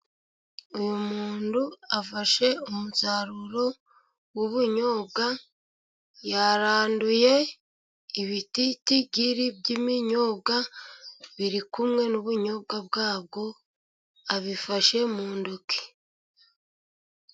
Uyu muntu afashe umusaruro w'ubunyobwa, yaranduye ibititigiri by'iminyobwa, biri kumwe n'ubunyobwa bwabwo abifashe mu ntoki.